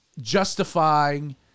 justifying